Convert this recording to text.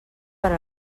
per